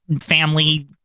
family